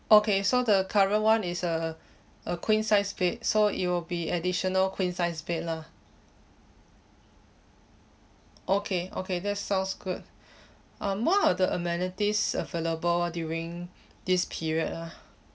okay so the current [one] is a a queen size bed so it will be additional queen size bed lah okay okay that sounds good uh what are the amenities available during this period lah